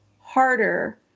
harder